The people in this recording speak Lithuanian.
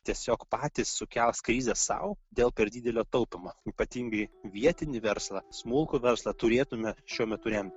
tiesiog patys sukels krizę sau dėl per didelio taupymo ypatingai vietinį verslą smulkų verslą turėtume šiuo metu remt